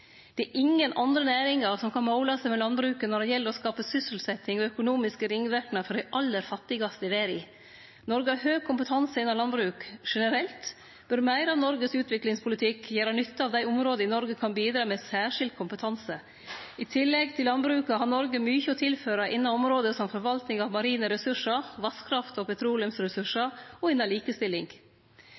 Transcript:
Det er ingen andre næringar som kan måle seg med landbruket når det gjeld å skape sysselsetjing og økonomiske ringverknader for dei aller fattigaste i verda. Noreg har høg kompetanse innan landbruk. Generelt bør meir av Noregs utviklingspolitikk gjere nytte av dei områda der Noreg kan bidra med særskild kompetanse. I tillegg til landbruket har Noreg mykje å tilføre innan område som forvalting av marine ressursar, vasskraft og petroleumsressursar og